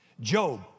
Job